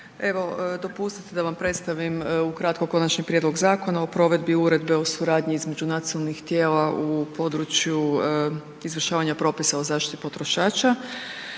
Evo, dopustite da vam predstavim ukratko Konačni prijedlog Zakona o provedbi Uredbe o suradnji između nacionalnih tijela u području izvršavanja propisa o zaštiti potrošača.